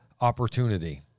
opportunity